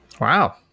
Wow